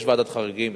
יש ועדת חריגים.